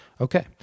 Okay